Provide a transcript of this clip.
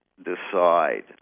decide